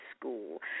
school